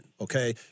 okay